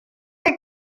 are